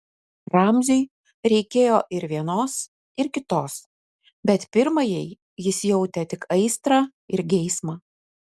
ramziui reikėjo ir vienos ir kitos bet pirmajai jis jautė tik aistrą ir geismą